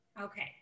Okay